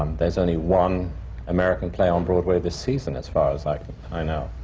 um there's only one american play on broadway this season, as far as like i know.